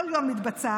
כל יום מתבצעת,